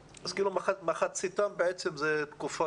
מחציתם נמצאים תקופה